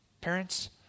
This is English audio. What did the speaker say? Parents